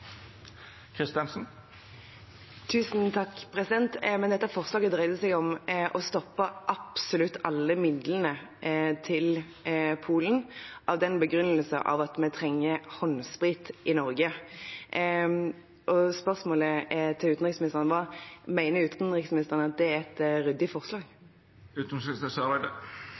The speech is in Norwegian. dette forslaget dreide seg om å stoppe absolutt alle midlene til Polen med den begrunnelse at vi trenger håndsprit i Norge. Spørsmålet til utenriksministeren var: Mener utenriksministeren at det er et ryddig forslag?